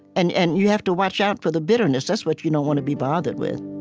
and and you have to watch out for the bitterness. that's what you don't want to be bothered with